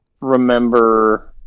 remember